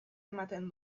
ematen